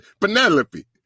Penelope